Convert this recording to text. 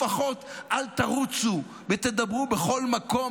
לפחות אל תרוצו ותדברו בכל מקום,